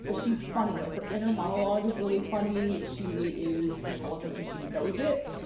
but she's funny like her inner monologue is really funny. she is intelligent and she knows it.